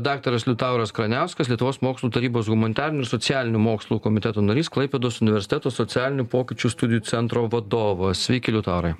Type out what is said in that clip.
daktaras liutauras kraniauskas lietuvos mokslų tarybos humanitarinių ir socialinių mokslų komiteto narys klaipėdos universiteto socialinių pokyčių studijų centro vadovas sveiki liutaurai